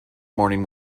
morning